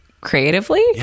Creatively